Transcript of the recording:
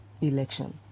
Election